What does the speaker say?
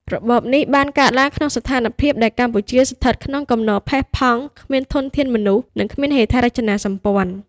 របបនេះបានកើតឡើងក្នុងស្ថានភាពដែលកម្ពុជាស្ថិតក្នុងគំនរផេះផង់ គ្មានធនធានមនុស្ស និងគ្មានហេដ្ឋារចនាសម្ព័ន្ធ។